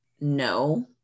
no